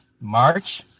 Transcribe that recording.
March